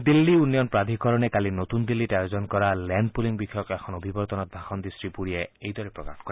দিল্লী উন্নয়ন প্ৰাধিকৰণে কালি নতুন দিল্লীত আয়োজন কৰা লেণ্ড পুলিং বিষয়ক এখন অভিৱৰ্তনত ভাষণ দি শ্ৰীপুৰীয়ে এইদৰে প্ৰকাশ কৰে